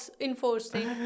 enforcing